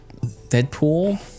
Deadpool